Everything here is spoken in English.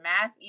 mass